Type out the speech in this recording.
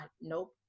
Nope